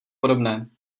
podobné